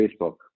Facebook